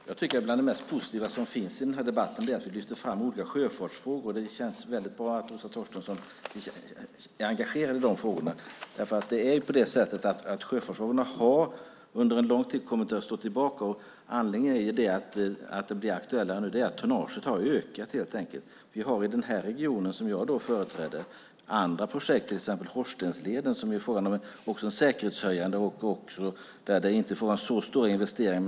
Herr talman! Bland det mest positiva i den här debatten är, tycker jag, att vi lyfter fram olika sjöfartsfrågor. Det känns väldigt bra att Åsa Torstensson är engagerad i de frågorna. Sjöfartsfrågorna har ju under en lång tid kommit att få stå tillbaka. Anledningen till att de nu blir aktuellare är helt enkelt att tonnaget har ökat. I den region som jag företräder har vi också andra projekt, till exempel Horstensleden, där det handlar om en säkerhetshöjning. Där är det inte fråga om så stora investeringar.